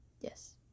Yes